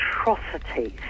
atrocities